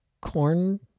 corn